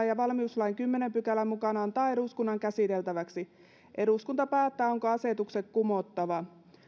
ja valmiuslain kymmenennen pykälän mukaan antaa eduskunnan käsiteltäviksi eduskunta päättää onko asetukset kumottava